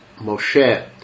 Moshe